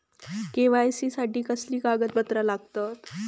KYC साठी कसली कागदपत्र लागतत?